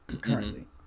currently